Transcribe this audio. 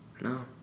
no